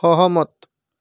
সহমত